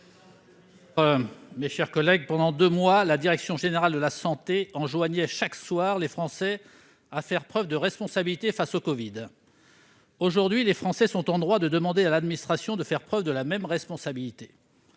le ministre, pendant deux mois, la direction générale de la santé (DGS) enjoignait chaque soir les Français de faire preuve de responsabilité face au covid-19. Aujourd'hui, nos concitoyens sont en droit de demander à l'administration de faire preuve de la même responsabilité.